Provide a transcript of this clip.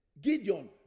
Gideon